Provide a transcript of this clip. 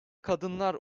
kadınlar